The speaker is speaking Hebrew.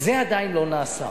זה עדיין לא נעשה.